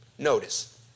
Notice